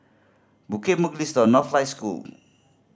Bukit Mugliston Northlight School